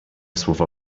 słowa